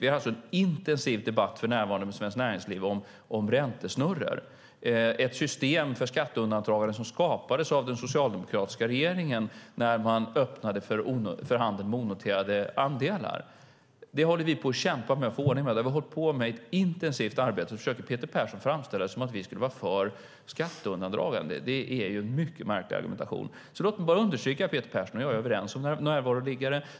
Vi har alltså en intensiv debatt för närvarande med Svenskt Näringsliv om räntesnurror, ett system för skatteundandragande som skapades av den socialdemokratiska regeringen när man öppnade för handel med onoterade andelar. Det håller vi på att kämpa med att få ordning på. Vi har hållit på med ett intensivt arbete, och det försöker Peter Persson framställa som att vi skulle vara för skatteundandragande. Det är en mycket märklig argumentation. Låt mig bara understryka att Peter Persson och jag är överens om närvaroliggare.